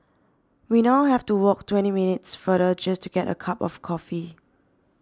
we now have to walk twenty minutes farther just to get a cup of coffee